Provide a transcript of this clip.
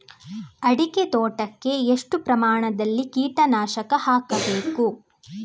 ಅಡಿಕೆ ತೋಟಕ್ಕೆ ಎಷ್ಟು ಪ್ರಮಾಣದಲ್ಲಿ ಕೀಟನಾಶಕ ಹಾಕಬೇಕು?